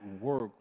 work